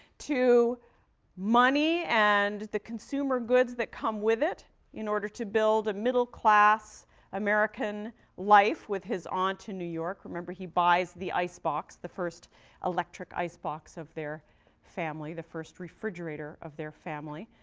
to money and the consumer goods that come with it in order to build a middle-class american life with his aunt in new york remember he buys the icebox, the first electric icebox of their family, the first refrigerator of their family,